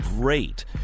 great